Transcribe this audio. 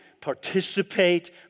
participate